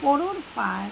গরুর পাড়